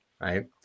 Right